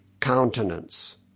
countenance